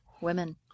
Women